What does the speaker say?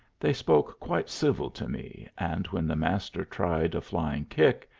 they spoke quite civil to me, and when the master tried a flying kick,